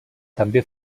també